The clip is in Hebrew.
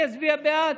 אני אצביע בעד.